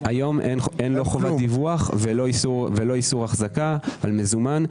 היום אין לא חובת דיווח ולא איסור החזקה על מזומן.